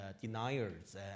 deniers